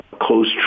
close